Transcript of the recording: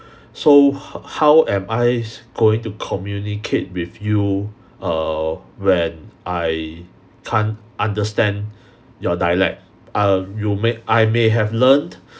so h~ how am I going to communicate with you err when I can't understand your dialect err you may I may have learnt